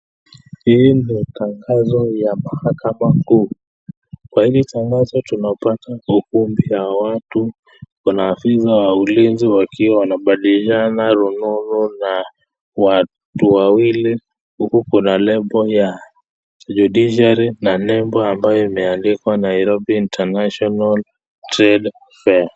Hii ni tangazo ya mahakama kuu. Kwa hili tangazo tunapata ukumbi wa watu, kuna afisa wa ulinzi wakiwa wanabadilishana rurunu na na watu wawili. Huku kuna nembo ya Judiciary na nembo ambayo imeandikwa Nairobi International Trade Fair .